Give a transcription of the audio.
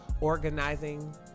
organizing